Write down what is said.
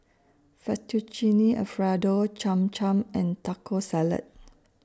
Fettuccine Alfredo Cham Cham and Taco Salad